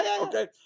Okay